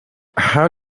how